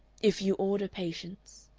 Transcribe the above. if you order patience.